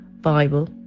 Bible